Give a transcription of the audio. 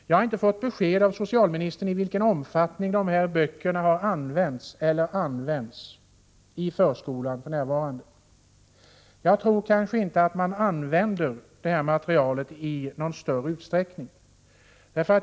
Jag har inte fått besked av socialministern i vilken omfattning som dessa böcker har använts eller används i förskolan för närvarande. Jag tror inte att detta material används i någon större utsträckning.